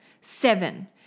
Seven